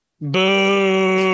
Boom